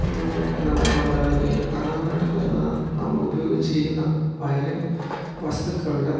നമ്മൾക്ക് എന്നാ പറയാ നമ്മൾ മെയിന് പ്രധാനമായിട്ടും വരുന്നത് നമ്മൾ ഉപയോഗിച്ചിരിക്കുന്ന വയറിങ് വസ്തുക്കളുടെ